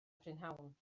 prynhawn